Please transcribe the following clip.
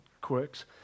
quirks